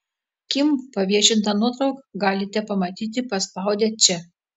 kim paviešintą nuotrauką galite pamatyti paspaudę čia